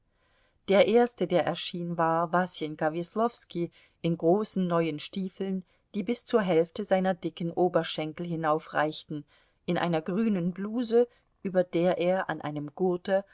der erste der erschien war wasenka weslowski in großen neuen stiefeln die bis zur hälfte seiner dicken oberschenkel hinaufreichten in einer grünen bluse über der er an einem gurte